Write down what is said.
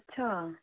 अच्छा